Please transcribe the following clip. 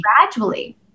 gradually